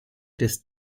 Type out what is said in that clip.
des